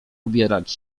ubierać